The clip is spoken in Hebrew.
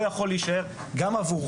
המצב הקיים לא יכול להישאר גם עבורכם.